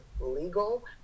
legal